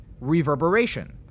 reverberation